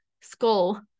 Skull